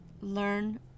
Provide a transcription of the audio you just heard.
learn